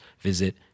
visit